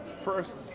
first